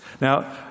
Now